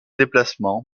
déplacement